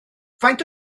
faint